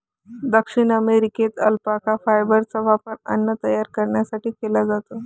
दक्षिण अमेरिकेत अल्पाका फायबरचा वापर अन्न तयार करण्यासाठी केला जातो